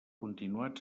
continuat